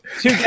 Two